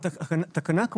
התקנה,